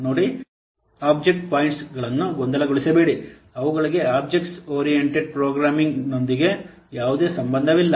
ನೋಡಿ ಆಬ್ಜೆಕ್ಟ್ಸ್ ಪಾಯಿಂಟ್ಗಳನ್ನು ಗೊಂದಲಗೊಳಿಸಬೇಡಿ ಅವುಗಳಿಗೆ ಆಬ್ಜೆಕ್ಟ್ ಓರಿಯೆಂಟೆಡ್ ಪ್ರೋಗ್ರಾಮಿಂಗ್ನೊಂದಿಗೆ ಯಾವುದೇ ಸಂಬಂಧವಿಲ್ಲ